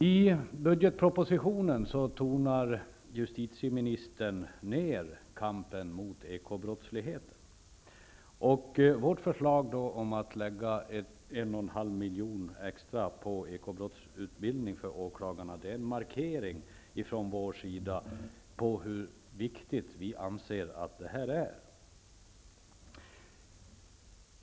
I budgetpropositionen tonar justitieministern ner kampen mot ekobrottsligheten. Vårt förslag att lägga 1,5 miljon extra på ekobrottsutbildning för åklagarna är en markering av hur viktigt vi anser detta vara.